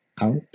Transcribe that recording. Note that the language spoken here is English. Out